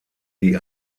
die